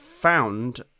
found